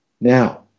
now